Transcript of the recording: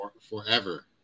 forever